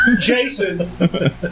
Jason